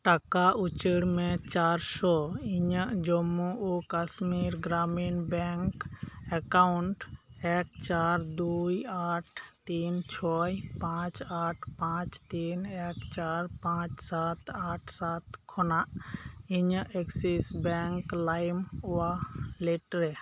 ᱴᱟᱠᱟ ᱩᱪᱟᱹᱲᱢᱮ ᱪᱟᱨᱥᱚ ᱤᱧᱟᱹᱜ ᱡᱚᱢᱢᱩ ᱳ ᱠᱟᱥᱢᱤᱨ ᱜᱨᱟᱢᱤᱱ ᱵᱮᱝᱠ ᱮᱠᱟᱣᱩᱱᱴ ᱮᱠ ᱪᱟᱨ ᱫᱩᱭ ᱟᱴ ᱛᱤᱱ ᱪᱷᱚᱭ ᱯᱟᱸᱪ ᱟᱴ ᱯᱟᱸᱪ ᱛᱤᱱ ᱮᱠ ᱪᱟᱨ ᱯᱟᱸᱪ ᱥᱟᱛ ᱟᱴ ᱥᱟᱛ ᱠᱷᱚᱱᱟᱜ ᱤᱧᱟᱹᱜ ᱮᱠᱥᱤᱥ ᱵᱮᱝᱠ ᱞᱟᱭᱤᱢ ᱣᱟᱞᱮᱴᱨᱮ